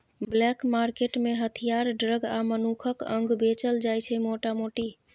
black market मे हथियार, drug आ मनुखक अंग बेचल जाइ छै मोटा मोटी